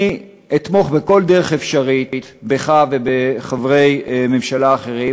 אני אתמוך בכל דרך אפשרית בך ובחברי ממשלה אחרים